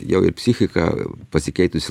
jau psichika pasikeitusi